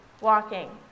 walking